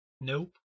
Nope